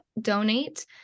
donate